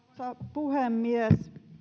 puhemies